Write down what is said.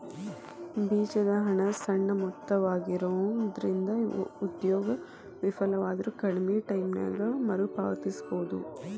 ಬೇಜದ ಹಣ ಸಣ್ಣ ಮೊತ್ತವಾಗಿರೊಂದ್ರಿಂದ ಉದ್ಯೋಗ ವಿಫಲವಾದ್ರು ಕಡ್ಮಿ ಟೈಮಿನ್ಯಾಗ ಮರುಪಾವತಿಸಬೋದು